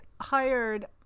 hired